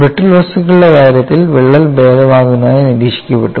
brittle വസ്തുക്കളുടെ കാര്യത്തിൽ വിള്ളൽ ഭേദമാകുന്നതായി നിരീക്ഷിക്കപ്പെട്ടു